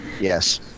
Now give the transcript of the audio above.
Yes